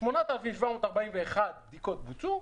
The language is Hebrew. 8,741 בדיקות בוצעו,